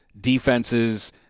defenses –